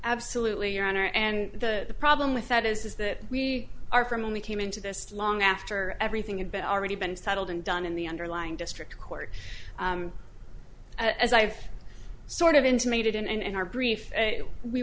absolutely your honor and the problem with that is that we are from only came into this long after everything had been already been settled and done in the underlying district court as i've sort of intimated in and our brief we